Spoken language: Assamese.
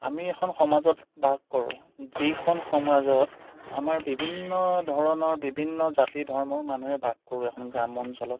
আমি এখন সমাজত বাস কৰোঁ যিখন সমাজত আমাৰ বিভিন্ন ধৰণৰ বিভিন্ন জাতি ধৰ্মৰ মানুহে বাস কৰোঁ এখন গ্ৰাম্যঞ্চলত